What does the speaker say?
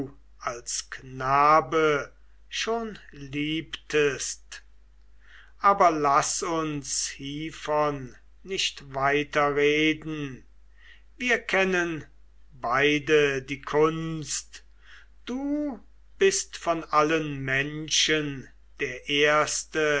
als knabe schon liebtest aber laß uns hievon nicht weiter reden wir kennen beide die kunst du bist von allen menschen der erste